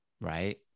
Right